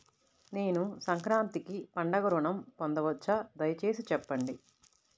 నేను సంక్రాంతికి పండుగ ఋణం పొందవచ్చా? దయచేసి చెప్పండి?